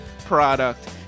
product